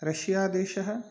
Russia देशः